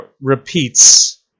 repeats